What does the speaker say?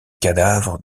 cadavre